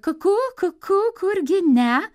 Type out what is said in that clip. kukū kukū kurgi ne